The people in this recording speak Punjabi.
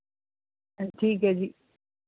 ਠੀਕ ਹੈ ਜੀ